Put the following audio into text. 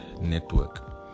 network